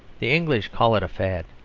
the english call it a fad.